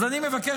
אז אני מבקש,